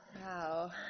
Wow